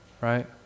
right